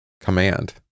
command